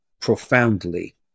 profoundly